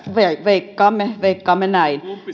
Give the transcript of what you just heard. veikkaamme veikkaamme näin